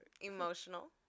Emotional